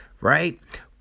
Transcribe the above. right